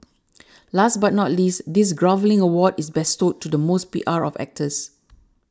last but not least this groveling award is bestowed to the most P R of actors